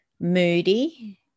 moody